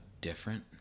different